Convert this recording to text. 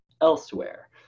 elsewhere